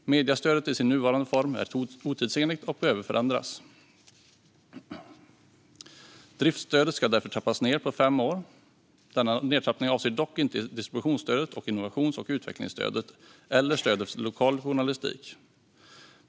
Mediestödet i sin nuvarande form är otidsenligt och behöver förändras. Driftsstödet ska därför trappas ned på fem år. Denna nedtrappning avser dock inte distributionsstödet och innovations och utvecklingsstödet eller stödet för lokal journalistik.